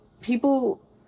People